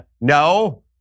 no